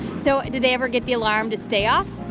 so did they ever get the alarm to stay off?